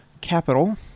Capital